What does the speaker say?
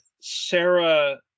Sarah